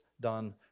done